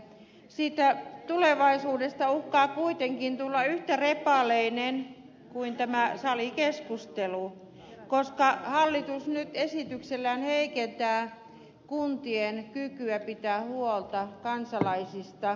siitä tulevaisuudesta uhkaa kuitenkin tulla yhtä repaleinen kuin tämä salikeskustelu koska hallitus nyt esityksellään heikentää kuntien kykyä pitää huolta kansalaisista